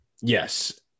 Yes